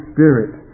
Spirit